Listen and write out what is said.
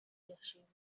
yashimiye